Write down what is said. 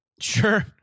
Sure